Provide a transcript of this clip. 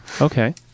Okay